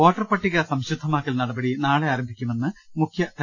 വോട്ടർപട്ടിക സംശുദ്ധമാക്കൽ നടപടി നാളെ ആരംഭിക്കുമെന്ന് മുഖ്യ തെര